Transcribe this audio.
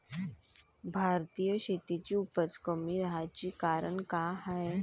भारतीय शेतीची उपज कमी राहाची कारन का हाय?